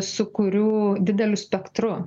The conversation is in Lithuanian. su kurių dideliu spektru